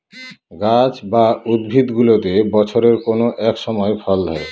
গাছ বা উদ্ভিদগুলোতে বছরের কোনো এক সময় ফল ধরে